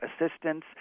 assistance